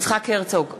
יצחק הרצוג,